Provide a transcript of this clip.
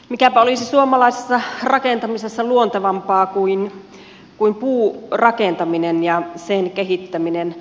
mikäpä olisi suomalaisessa rakentamisessa luontevampaa kuin puurakentaminen ja sen kehittäminen